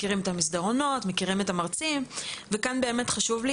מכירים את המסדרונות והמרצים וכאן חשוב לי